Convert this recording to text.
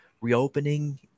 reopening